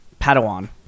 Padawan